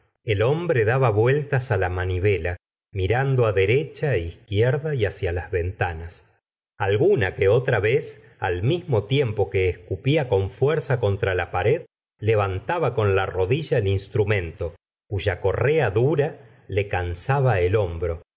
el hombre la serom de bovary daba vueltas la manivela mirando derecha izquierda y hacia las ventanas alguna que otra vez al mismo tiempo que escupía con fuerza contra la pared levantaba con la rodilla el instrumento cuya correa dura le cansaba el hombro